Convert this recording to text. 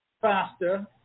faster